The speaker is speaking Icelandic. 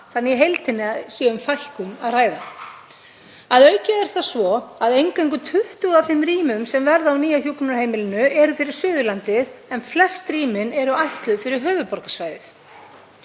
þannig að í heild sinni er um fækkun að ræða. Að auki er það svo að eingöngu 20 af þeim rýmum sem verða á nýja hjúkrunarheimilinu eru fyrir Suðurlandið en flest rýmin eru ætluð fyrir höfuðborgarsvæðið.